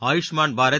Ayushman Bharat